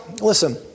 listen